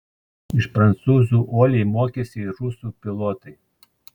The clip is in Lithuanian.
iš prancūzų uoliai mokėsi ir rusų pilotai